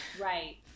Right